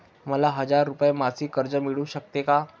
मला हजार रुपये मासिक कर्ज मिळू शकते का?